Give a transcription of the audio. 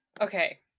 okay